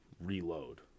reload